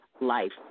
life